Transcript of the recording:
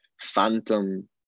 phantom